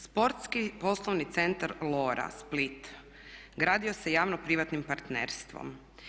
Sportski poslovni centar Lora, Split, gradio se javno privatnim partnerstvom.